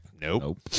nope